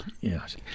Yes